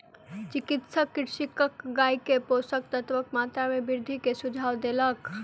चिकित्सक कृषकक गाय के पोषक तत्वक मात्रा में वृद्धि के सुझाव देलक